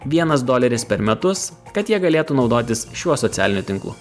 vienas doleris per metus kad jie galėtų naudotis šiuo socialiniu tinklu